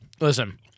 Listen